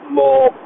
more